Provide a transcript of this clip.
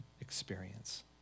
experience